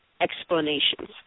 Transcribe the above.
explanations